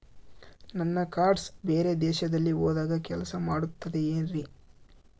ನನ್ನ ಕಾರ್ಡ್ಸ್ ಬೇರೆ ದೇಶದಲ್ಲಿ ಹೋದಾಗ ಕೆಲಸ ಮಾಡುತ್ತದೆ ಏನ್ರಿ?